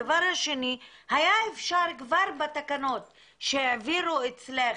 הדבר השני, היה אפשר כבר בתקנות שהעבירו אצלך,